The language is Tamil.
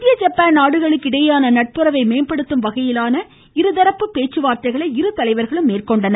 இந்திய ஜப்பான் நாடுகளுக்கு இடையேயான நட்புறவை மேம்படுத்தும் வகையிலான இருதரப்பு பேச்சுவார்த்தைகளை இரு தலைவர்களும் நடத்தினார்கள்